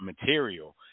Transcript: material